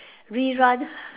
rerun